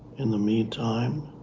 in the meantime,